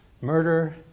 murder